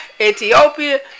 Ethiopia